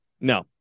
No